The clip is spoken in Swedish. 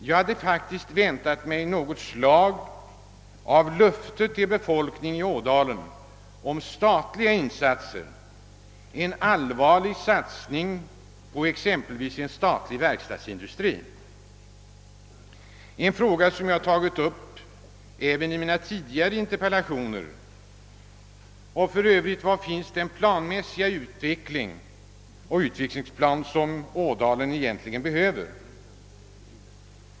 Jag hade faktiskt väntat mig något slag av löfte till befolkningen i Ådalen om statliga insatser, om en allvarlig satsning på exempelvis en statlig verkstadsindustri, en fråga som jag tagit upp även i mina tidigare inter pellationer. För övrigt vill jag fråga: Var finns den plan över utvecklingen som Ådalen egentligen behöver?